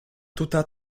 tuta